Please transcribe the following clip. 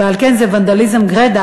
ועל כן זה ונדליזם גרידא,